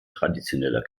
traditioneller